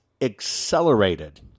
accelerated